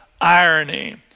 irony